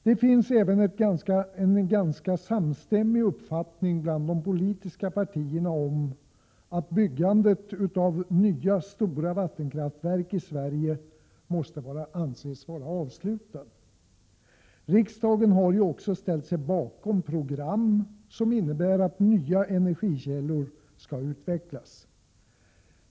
Det finns även en ganska samstämmig uppfattning bland de politiska partierna om att byggandet av nya stora vattenkraftverk i Sverige måste anses vara avslutat. Riksdagen har ju också ställt sig bakom program som innebär att nya energikällor skall utvecklas.